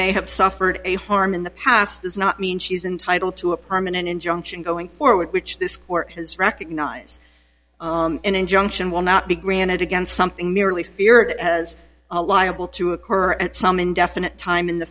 have suffered a harm in the past does not mean she's entitle to a permanent injunction going forward which this court has recognized an injunction will not be granted against something merely spirit as a liable to occur at some indefinite time in the